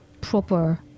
proper